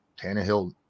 Tannehill